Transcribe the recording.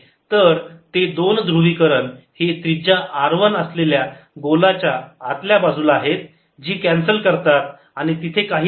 तर ते दोन ध्रुवीकरण हे त्रिज्या R 1 असलेल्या गोलाच्या आतल्या बाजूला आहेत जी कॅन्सल करतात आणि तिथे काहीच नाही